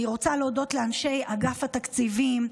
אני רוצה להודות לאנשי אגף התקציבים,